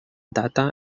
data